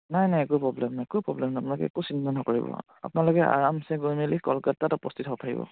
নাই নাই একো প্ৰ'ব্লেম নাই একোৱেই প্ৰ'ব্লেম নাই আপোনোকে একো চিন্তা নকৰিব আপোনালোকে আৰামচে গৈ মেলি কলকাতাত উপস্থিত হ'ব পাৰিব